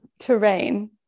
terrain